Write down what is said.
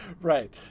Right